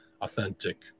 authentic